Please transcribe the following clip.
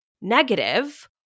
negative